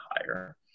higher